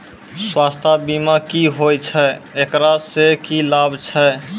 स्वास्थ्य बीमा की होय छै, एकरा से की लाभ छै?